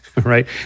Right